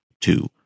two